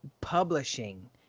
publishing